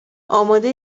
آماده